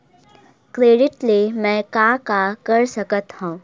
Credit ले मैं का का कर सकत हंव?